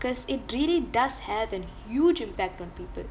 cause it really does have a huge impact on people